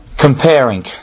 comparing